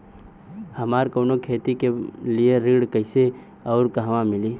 हमरा कवनो खेती के लिये ऋण कइसे अउर कहवा मिली?